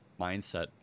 mindset